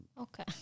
Okay